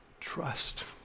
trust